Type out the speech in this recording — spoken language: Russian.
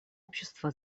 общества